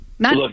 Look